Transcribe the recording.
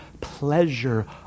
pleasure